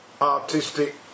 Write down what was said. Artistic